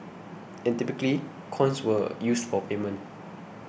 and typically coins were used for payment